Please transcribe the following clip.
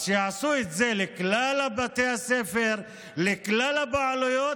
אז שיעשו את זה לכלל בתי הספר, לכלל הבעלויות,